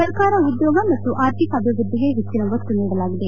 ಸರ್ಕಾರ ಉದ್ಯೋಗ ಮತ್ತು ಆರ್ಥಿಕಾಭಿವೃದ್ಧಿಗೆ ಹೆಚ್ಚಿನ ಒತ್ತು ನೀಡಲಾಗಿದೆ